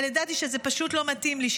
אבל ידעתי שזה פשוט לא מתאים לי,